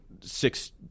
six